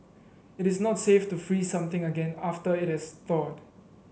it is not safe to freeze something again after it has thawed